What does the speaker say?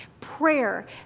Prayer